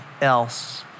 else